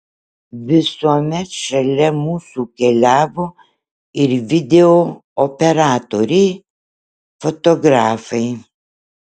visuomet šalia mūsų keliavo ir video operatoriai fotografai